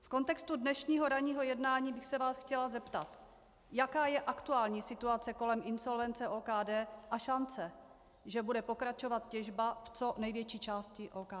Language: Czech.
V kontextu dnešního ranního jednání bych se vás chtěla zeptat, jaká je aktuální situace kolem insolvence OKD a šance, že bude pokračovat těžba co největší části OKD.